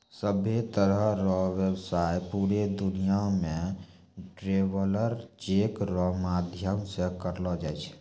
सभ्भे तरह रो व्यवसाय पूरे दुनियां मे ट्रैवलर चेक रो माध्यम से करलो जाय छै